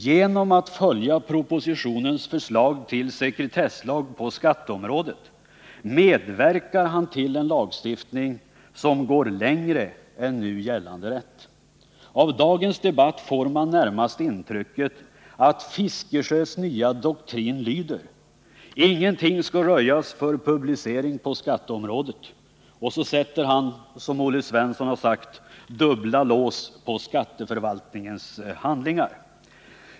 Genom att han följer propositionens förslag till sekretesslag på skatteområdet medverkar han till en lagstiftning som går längre än nu gällande rätt. Av dagens debatt får man närmast intrycket att Bertil Fiskesjös nya doktrin lyder: Ingenting skall röjas för publicering på skatteområdet. Och så sätter han, som Olle Svensson har sagt, dubbla lås på skatteförvaltningens handlingar.